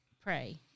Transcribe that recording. pray